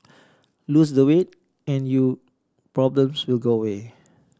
lose the weight and you problems will go away